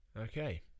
Okay